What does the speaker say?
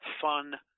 fun